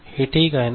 हे ठीक आहे का